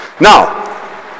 now